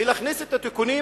ולהכנסת התיקונים